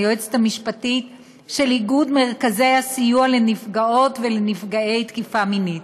היועצת המשפטית של איגוד מרכזי הסיוע לנפגעות ולנפגעי תקיפה מינית.